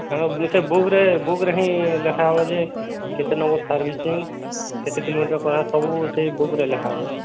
କାହିଁକି ନାଁ ସେ ବୁକ୍ରେ ବୁକ୍ରେ ହିଁ ଲେଖା ହବ ଯେ କେତେ ନମ୍ବର୍ ସର୍ଭିସିଙ୍ଗ୍ କେତେ କିଲୋମିଟର୍ କ'ଣ ସବୁ ସେଇ ବୁକ୍ରେ ଲେଖା ହବ